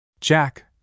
Jack